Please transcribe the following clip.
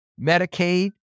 Medicaid